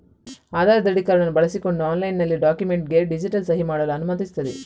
ಆಧಾರ್ ದೃಢೀಕರಣವನ್ನು ಬಳಸಿಕೊಂಡು ಆನ್ಲೈನಿನಲ್ಲಿ ಡಾಕ್ಯುಮೆಂಟಿಗೆ ಡಿಜಿಟಲ್ ಸಹಿ ಮಾಡಲು ಅನುಮತಿಸುತ್ತದೆ